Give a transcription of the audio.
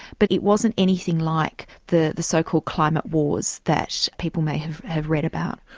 but it wasn't anything like the the so-called climate wars that people may have have read about.